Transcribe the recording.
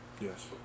Yes